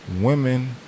Women